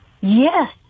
yes